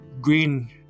green